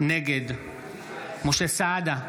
נגד משה סעדה,